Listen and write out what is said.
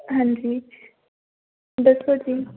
ਹਾਂਜੀ ਦੱਸੋ ਜੀ